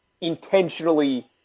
intentionally